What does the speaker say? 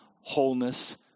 wholeness